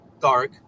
dark